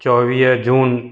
चोवीह जून